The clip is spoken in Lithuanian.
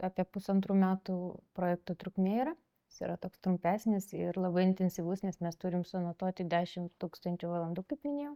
apie pusantrų metų projekto trukmė yra jis yra toks trumpesnis ir labai intensyvus nes mes turim suanotuoti dešim tūkstančių valandų kaip minėjau